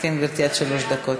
כן, גברתי, עד שלוש דקות.